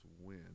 win